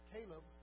Caleb